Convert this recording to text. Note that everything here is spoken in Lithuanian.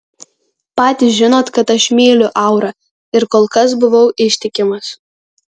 patys žinot kad aš myliu aurą ir kol kas buvau ištikimas